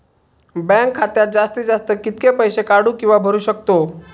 Bank खात्यात जास्तीत जास्त कितके पैसे काढू किव्हा भरू शकतो?